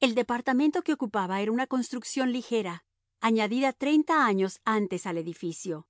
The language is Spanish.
el departamento que ocupaba era una construcción ligera añadida treinta años antes al edificio